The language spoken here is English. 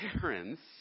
parents